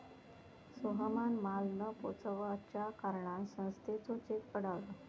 सोहमान माल न पोचवच्या कारणान संस्थेचो चेक अडवलो